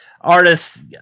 artists